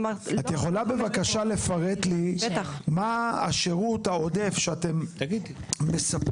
את יכולה בבקשה לפרט לי מהו השירות העודף שאתם מספקים,